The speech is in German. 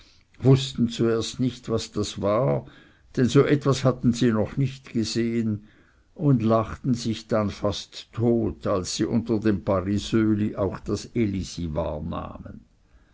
wußten zuerst nicht was das war denn so etwas hatten sie noch nicht gesehen und lachten sich dann fast tot als sie unter dem parisöli auch das elisi